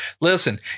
Listen